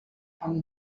amb